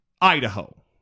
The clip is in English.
Idaho